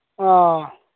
ꯑꯥ